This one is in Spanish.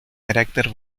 carácter